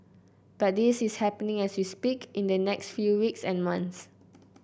but this is happening as we speak in the next few weeks and months